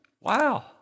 Wow